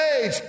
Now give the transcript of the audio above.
age